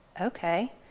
Okay